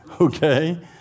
okay